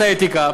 הפלילי,